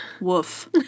Woof